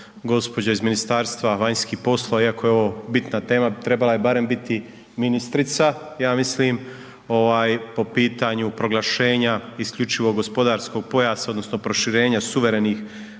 samo gđa. iz Ministarstva vanjskih poslova iako je ovo bitna tema, trebala je barem biti ministrica, ja mislim po pitanju proglašenja isključivog gospodarskog pojasa odnosno proširenja suverenih